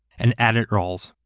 and edit roles.